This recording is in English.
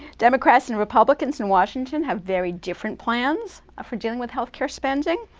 democrats and republicans in washington have very different plans for dealing with health care spending.